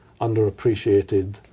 underappreciated